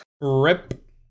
Rip